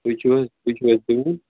تُہۍ چھُو حظ تُہۍ چھُو حظ